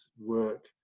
work